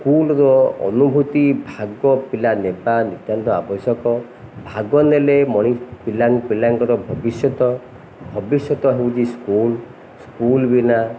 ସ୍କୁଲ୍ର ଅନୁଭୂତି ଭାଗ ପିଲା ନେବା ନିତାନ୍ତ ଆବଶ୍ୟକ ଭାଗ ନେଲେ ମଣିଷ ପିଲା ପିଲାଙ୍କର ଭବିଷ୍ୟତ ଭବିଷ୍ୟତ ହେଉଛି ସ୍କୁଲ୍ ସ୍କୁଲ୍ ବିନା